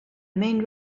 main